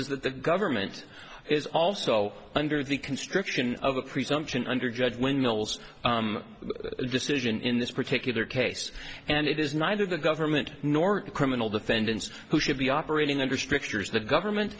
that the government is also under the construction of a presumption under judge windmill's decision in this particular case and it is neither the government nor criminal defendants who should be operating under strictures the government